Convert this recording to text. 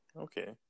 Okay